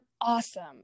awesome